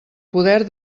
poder